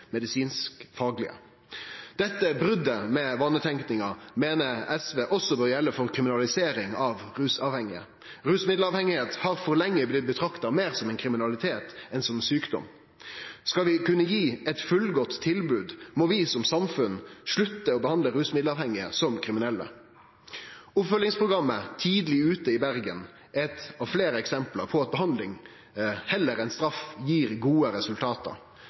Dette brotet med vanetenkinga meiner SV også bør gjelde for kriminalisering av rusavhengige. Rusmiddelavhengigheit har for lenge blitt betrakta meir som ein kriminalitet enn som sjukdom. Skal vi kunne gi eit fullgodt tilbod, må vi som samfunn slutte å behandle rusmiddelavhengige som kriminelle. Oppfølgingsprogrammet Tidlig Ute i Bergen er eit av fleire eksempel på at behandling heller enn straff gir gode resultat. Resultata